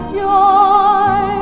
joy